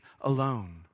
alone